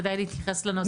כדאי להתייחס לנושא.